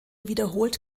wiederholt